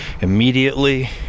immediately